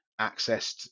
accessed